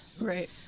Right